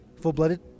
full-blooded